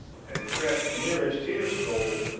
had crept nearest his goal,